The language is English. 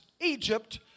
Egypt